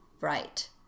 right